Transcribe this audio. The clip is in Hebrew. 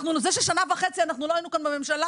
זה ששנה וחצי לא היינו כאן בממשלה,